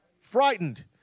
Frightened